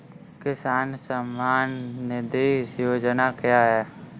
किसान सम्मान निधि योजना क्या है?